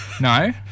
No